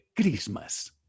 Christmas